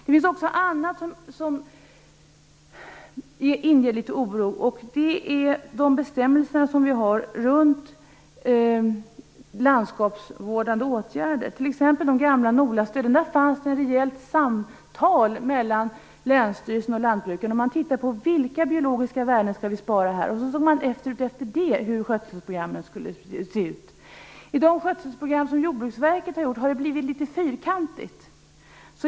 Det finns också annat som inger oro. Det gäller de bestämmelser vi har i fråga om landskapsvårdande åtgärder. Vad gällde de gamla NOLA-stöden fanns det ett rejält samtal mellan länsstyrelsen och lantbrukarna. Man tittade på vilka biologiska värden som skulle sparas, och utifrån det bestämde man sedan hur skötselprogrammen skulle se ut. I de skötselprogram som Jordbruksverket har gjort har det blivit lite fyrkantigt.